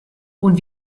und